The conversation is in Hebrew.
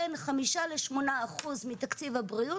בין 8%-5% מתקציב הבריאות,